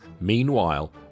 Meanwhile